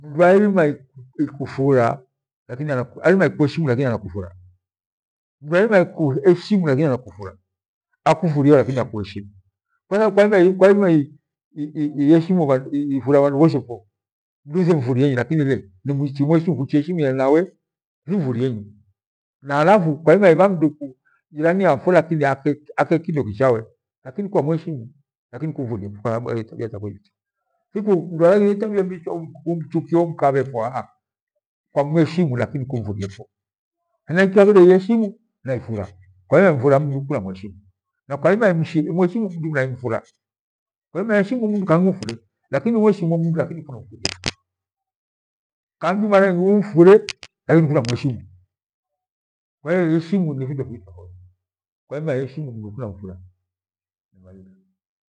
Ikikupfura lakini, ai anakuheshimu lakini anakupfura, akupfure lakini akuheshimu i- iheshimu, ipfura bhanobhoshoko, mi sio mfurie lakini, chimweshimu nawe, mi mfurienyi na alafu kwa nini aenvandugu, jirani afura kindo akye kindo kichawe, lakini kwa mweshimu lakini kumfurie thiku kabhekwa chikuomkabhe aha kwa mheshimu lakini kuliemfura mheshimu mtu unaemfura, unaheshimu mtu kaemfura, lakini kwa heshimu mtu unaemfura, kama mtu unaemfure, umheshimu. kwa hiyo heshimu mtu unaemfura, kwa hiyo heshimu mtu unaemfura, memaliza.